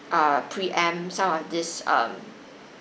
err pre-empt some of this um